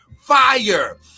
fire